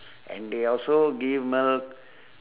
and they also give milk